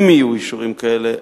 אם יהיו אישורים כאלה,